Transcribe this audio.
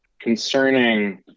concerning